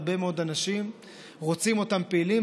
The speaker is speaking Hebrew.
הרבה מאוד אנשים רוצים אותן פעילות,